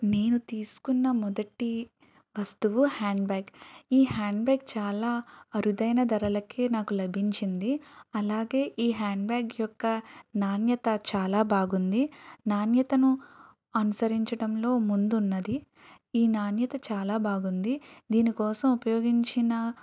నేను తీసుకున్న మొదటి వస్తువు హ్యాండ్ బ్యాగ్ ఈ హ్యాండ్ బ్యాగ్ చాల అరుదైన ధరలకే నాకు లభించింది అలాగే ఈ హ్యాండ్ బ్యాగ్ యొక్క నాణ్యత చాలా బాగుంది నాణ్యతను అనుసరించటంలో ముందు ఉన్నది ఈ నాణ్యత చాలా బాగుంది దీని కోసం ఉపయోగించిన